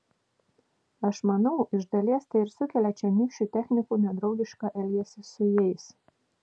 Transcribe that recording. aš manau iš dalies tai ir sukelia čionykščių technikų nedraugišką elgesį su jais